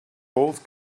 old